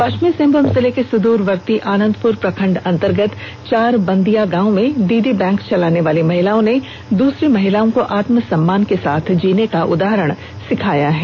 पष्चिमी सिंहभूम जिले के सुद्रवर्ती आनंदपुर प्रखंड अंतर्गत चारबंदिया गांव में दीदी बैंक चलाने वाली महिलाओं ने दूसरी महिलाओं को आत्मसम्मान के साथ जीने का उदाहरण सिखाया है